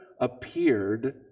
appeared